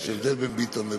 יש הבדל בין ביטן לביני.